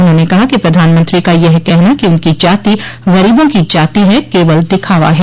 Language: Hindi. उन्होंने कहा कि प्रधानमंत्री का यह कहना कि उनकी जाति गरीबों की जाति है केवल दिखावा है